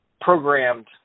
programmed